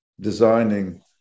designing